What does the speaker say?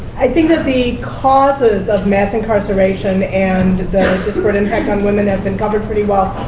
i think that the causes of mass incarceration, and the disparate impact on women have been covered pretty well.